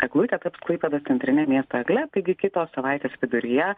eglutė taps klaipėdos centrine miesto egle taigi kitos savaitės viduryje